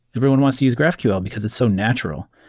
everyone wants to use graphql because it's so natural.